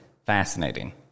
Fascinating